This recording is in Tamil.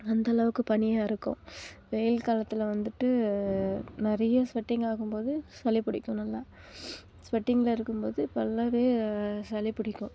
அந்தளவுக்கு பனியாக இருக்கும் வெயில் காலத்தில் வந்துட்டு நிறைய ஸ்வெட்டிங் ஆகும்போது சளி பிடிக்கும் நல்லா ஸ்வெட்டிங்கில் இருக்கும்போது இப் நல்லாவே சளி பிடிக்கும்